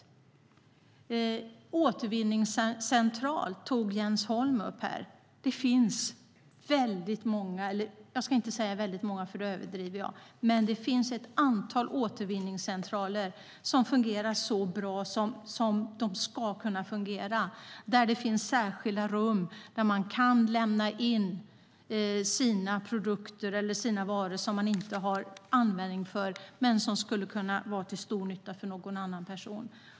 Jens Holm tog upp frågan om återvinningscentraler. Jag ska inte säga att det finns väldigt många återvinningscentraler, för då överdriver jag. Men det finns ett antal sådana som fungerar så bra som de ska kunna fungera. Där finns det särskilda rum där man kan lämna in sina produkter och varor som man inte har användning för men som skulle kunna vara till stor nytta för någon annan person.